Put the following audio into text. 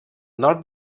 nord